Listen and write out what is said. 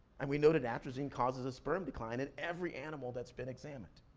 and we know that atrazine causes a sperm decline in every animal that's been examined.